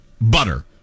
butter